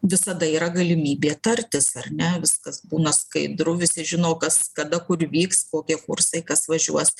visada yra galimybė tartis ar ne viskas būna skaidru visi žino kas kada kur vyks kokie kursai kas važiuos